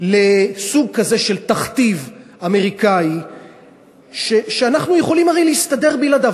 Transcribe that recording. לסוג כזה של תכתיב אמריקני שאנחנו יכולים להסתדר בלעדיו?